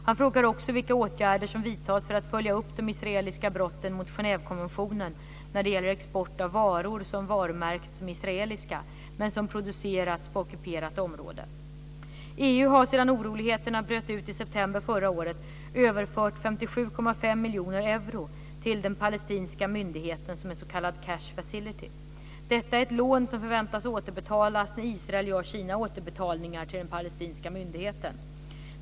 Han frågar också vilka åtgärder som vidtas för att följa upp de israeliska brotten mot Genèvekonventionen när det gäller export av varor som varumärkts som israeliska, men som producerats på ockuperat område. EU har sedan oroligheterna bröt ut i september förra året överfört 57,5 miljoner euro till den palestinska myndigheten som en s.k. cash facility. Detta är ett lån som förväntas återbetalas när Israel gör sina återbetalningar till den palestinska myndigheten.